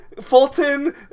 Fulton